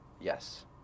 Yes